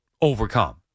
overcome